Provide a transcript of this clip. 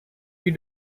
you